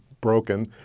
broken